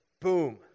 boom